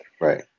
Right